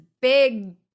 big